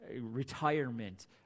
retirement